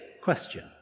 question